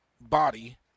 body